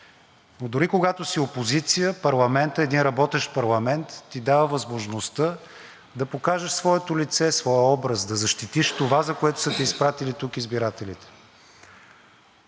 но дори и когато си опозиция, парламентът, един работещ парламент, ти дава възможността да покажеш своето лице, своя образ, да защитиш това, за което са те изпратили тук избирателите.